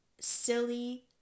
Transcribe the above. Silly